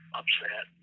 upset